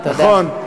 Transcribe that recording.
נכון.